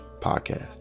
podcast